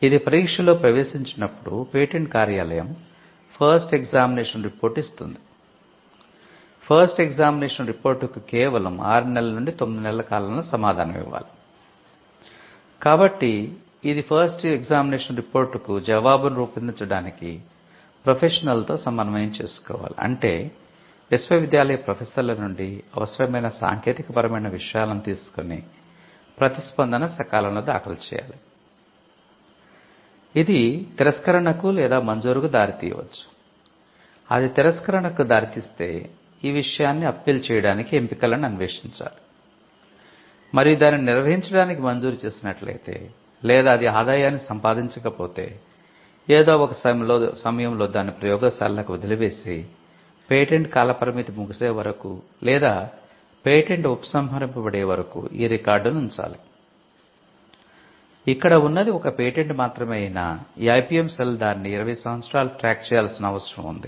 ఇది పరీక్షలో ప్రవేశించినప్పుడు పేటెంట్ కార్యాలయ ఫస్ట్ ఎక్షామినేషన్ రిపోర్ట్ దానిని 20 సంవత్సరాలు ట్రాక్ చేయాల్సిన అవసరం ఉంది